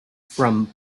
from